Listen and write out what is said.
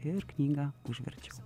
ir knygą užverčiau